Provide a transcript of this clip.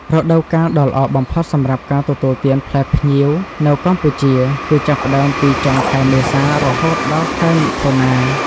រដូវកាលដ៏ល្អបំផុតសម្រាប់ការទទួលទានផ្លែផ្ញៀវនៅកម្ពុជា គឺចាប់ផ្ដើមពី ចុងខែមេសា រហូតដល់ខែមិថុនា។